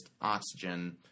oxygen